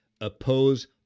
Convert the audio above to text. oppose